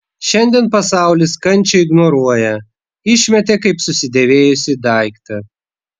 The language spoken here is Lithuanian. šiandien pasaulis kančią ignoruoja išmetė kaip susidėvėjusį daiktą